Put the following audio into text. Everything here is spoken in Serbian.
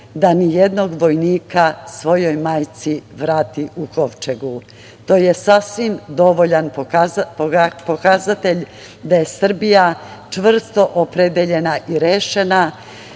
da ni jednog vojnika svojoj majci vrati u kovčegu. To je sasvim dovoljan pokazatelj da je Srbija čvrsto opredeljena i rešena